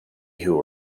who